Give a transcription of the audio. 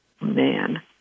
man